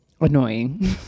annoying